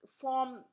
form